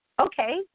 Okay